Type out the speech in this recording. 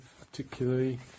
particularly